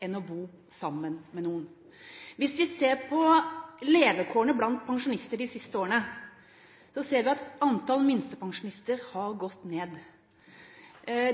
enn å bo sammen med noen. Hvis vi ser på levekårene blant pensjonister de siste årene, ser vi at antallet minstepensjonister har gått ned.